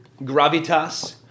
gravitas